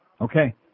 Okay